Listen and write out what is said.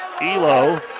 Elo